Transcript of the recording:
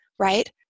right